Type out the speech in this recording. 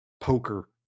poker